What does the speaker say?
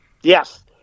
yes